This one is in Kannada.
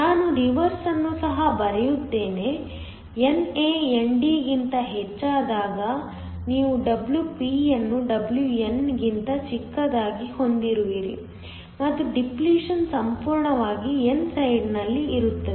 ನಾನು ರಿವರ್ಸ್ ಅನ್ನು ಸಹ ಬರೆಯುತ್ತೇನೆ NA ND ಗಿಂತ ಹೆಚ್ಚಾದಾಗ ನೀವು Wp ಯನ್ನು Wnಗಿಂತ ಚಿಕ್ಕದಾಗಿ ಹೊಂದಿರುವಿರಿ ಮತ್ತು ಡಿಪ್ಲೇಶನ್ ಸಂಪೂರ್ಣವಾಗಿ n ಸೈಡ್ನಲ್ಲಿರುತ್ತದೆ